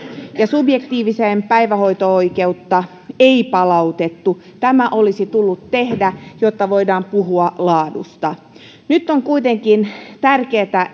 ja subjektiivista päivähoito oikeutta ei palautettu tämä olisi tullut tehdä jotta voitaisiin puhua laadusta nyt on kuitenkin tärkeätä